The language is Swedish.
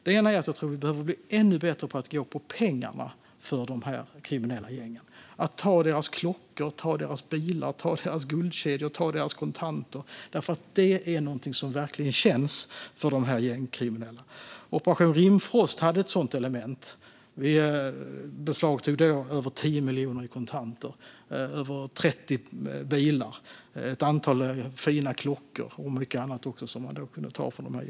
Den ena är att jag tror att vi behöver bli ännu bättre på att gå på pengarna hos de kriminella gängen och ta deras klockor, bilar, guldkedjor och kontanter. Det är någonting som verkligen känns för de gängkriminella. Operation Rimfrost hade ett sådant element. Vi beslagtog då över 10 miljoner i kontanter, över 30 bilar, ett antal fina klockor och mycket annat.